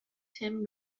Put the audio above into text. tim